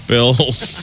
Bills